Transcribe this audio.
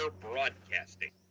Broadcasting